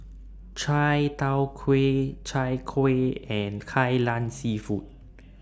Chai Tow Kuay Chai Kuih and Kai Lan Seafood